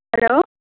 hello